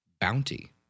bounty